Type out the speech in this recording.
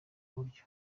buryo